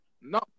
No